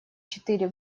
четыре